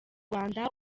rwanda